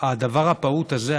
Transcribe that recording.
שהדבר הפעוט הזה,